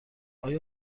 این